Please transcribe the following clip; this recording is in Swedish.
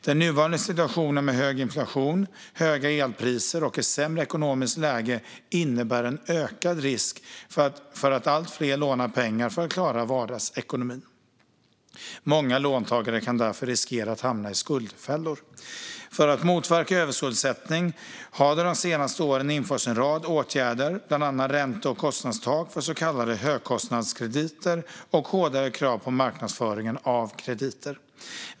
Den nuvarande situationen med hög inflation, höga elpriser och ett sämre ekonomiskt läge innebär en ökad risk för att allt fler lånar pengar för att klara vardagsekonomin. Många låntagare kan därför riskera att hamna i skuldfällor. För att motverka överskuldsättning har det de senaste åren vidtagits en rad åtgärder, bland annat ränte och kostnadstak för så kallade högkostnadskrediter och hårdare krav på marknadsföringen av krediter.